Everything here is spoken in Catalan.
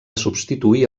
substituir